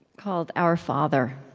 called our father.